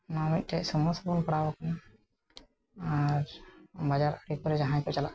ᱱᱚᱣᱟ ᱢᱤᱫᱴᱮᱡ ᱥᱚᱢᱚᱥᱥᱟ ᱵᱚᱱ ᱯᱟᱲᱟᱣ ᱟᱟ ᱟᱠᱟᱱᱟ ᱟᱨ ᱵᱟᱡᱟᱨ ᱮᱨ ᱯᱚᱨᱮ ᱡᱟᱦᱟᱸᱭ ᱠᱚ ᱪᱟᱞᱟᱜ ᱠᱟᱱᱟ